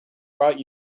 brought